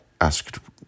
asked